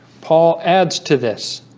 paul adds to this